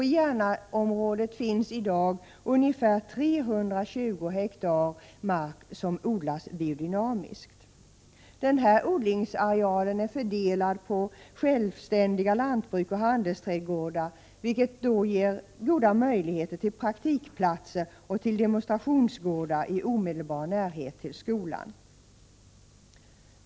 I Järnaområdet odlas i dag ca 320 hektar biodynamiskt. Denna odlingsareal är fördelad på flera självständiga lantbruk och handelsträdgårdar, vilket ger goda möjligheter till praktikplatser och demonstrationsgårdar i omedelbar närhet till skolan.